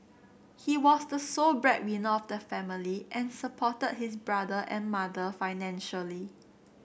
he was the sole breadwinner of the family and supported his brother and mother financially